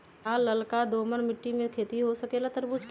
का लालका दोमर मिट्टी में खेती हो सकेला तरबूज के?